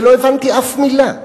ולא הבנתי אף מלה.